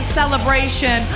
celebration